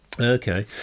Okay